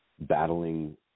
battling